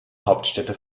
hauptstädte